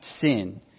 sin